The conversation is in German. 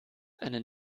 einen